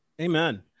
Amen